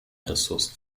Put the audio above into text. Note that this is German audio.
ressourcen